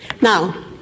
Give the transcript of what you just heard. Now